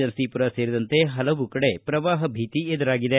ನರಸೀಪುರ ಸೇರಿದಂತೆ ಹಲವು ಕಡೆ ಪ್ರವಾಹದ ಭೀತಿ ಎದುರಾಗಿದೆ